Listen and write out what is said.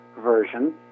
version